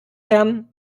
lernen